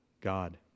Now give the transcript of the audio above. God